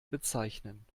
bezeichnen